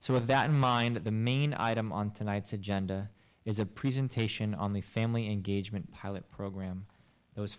so with that in mind that the main item on tonight's agenda is a presentation on the family engagement pilot program that was